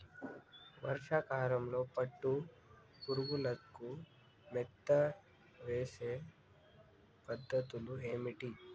వర్షా కాలంలో పట్టు పురుగులకు మేత వేసే పద్ధతులు ఏంటివి?